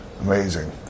amazing